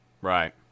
Right